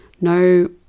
no